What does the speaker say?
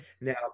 Now